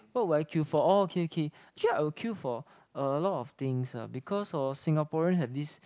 what would I queue for orh okay okay actually I would queue for a lot of things ah because hor Singaporeans have this